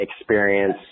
experience